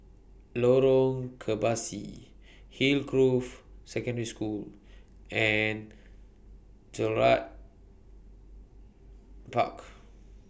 Lorong Kebasi Hillgrove Secondary School and Gerald Park